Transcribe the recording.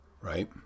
Right